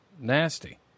nasty